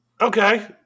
Okay